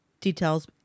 details